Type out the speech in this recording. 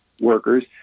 workers